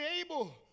able